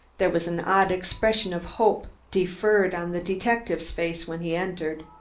there was an odd expression of hope deferred on the detective's face when he entered.